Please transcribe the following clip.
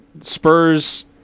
Spurs